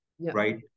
right